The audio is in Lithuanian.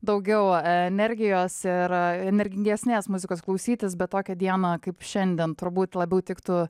daugiau energijos ir energingesnės muzikos klausytis bet tokią dieną kaip šiandien turbūt labiau tiktų